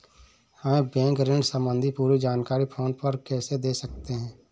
हमें बैंक ऋण संबंधी पूरी जानकारी फोन पर कैसे दे सकता है?